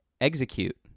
execute